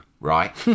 right